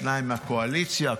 שניים מהקואליציה,